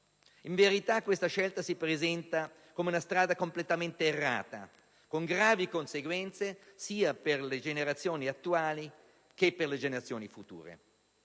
In verità, questa scelta si presenta come una strada completamente errata, con gravi conseguenze sia per l'attuale generazione, che per le generazioni future.